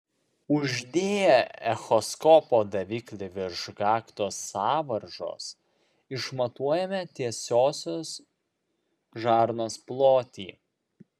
uždėję echoskopo daviklį virš gaktos sąvaržos išmatuojame tiesiosios žarnos plotį